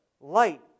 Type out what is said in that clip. light